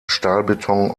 stahlbeton